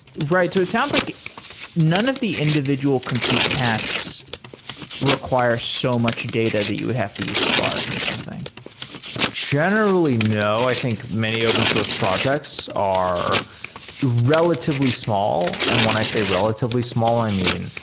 right. it sounds like none of the individual compute tasks require so much data that you would have to use spark or something generally, no. i think many open source projects are relatively small. and when i say relatively small, i mean,